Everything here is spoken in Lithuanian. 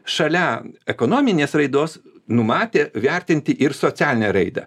šalia ekonominės raidos numatė vertinti ir socialinę raidą